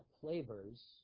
flavors